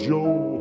Joe